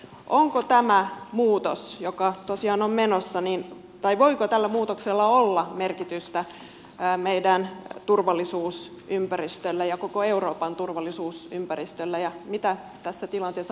onko tämä muutos joka tosiaan on menossa niin tai voiko tällä muutoksella olla merkitystä meidän turvallisuusympäristöllemme ja koko euroopan turvallisuusympäristölle ja mitä tässä tilanteessa voisimme tehdä